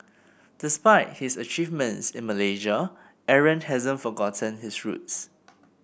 despite his achievements in Malaysia Aaron hasn't forgotten his roots